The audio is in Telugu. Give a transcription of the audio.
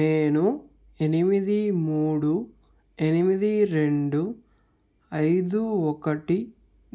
నేను ఎనిమిది మూడు ఎనిమిది రెండు ఐదు ఒకటి